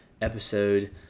episode